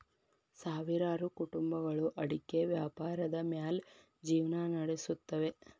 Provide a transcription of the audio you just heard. ಸಾವಿರಾರು ಕುಟುಂಬಗಳು ಅಡಿಕೆ ವ್ಯಾಪಾರದ ಮ್ಯಾಲ್ ಜಿವ್ನಾ ನಡಸುತ್ತವೆ